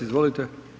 Izvolite.